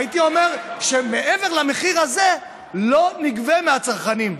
הייתי אומר שמעבר למחיר הזה לא נגבה מהצרכנים.